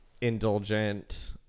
indulgent